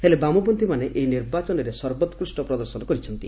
ହେଲେ ବାମପନ୍ତ୍ରୀମାନେ ଏହି ନିର୍ବାଚନରେ ସର୍ବୋକ୍କୁଷ୍ଟ ପ୍ରଦର୍ଶନ କରିଛନ୍ତି